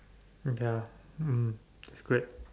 okay lah mm that's great